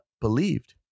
Believed